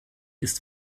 ist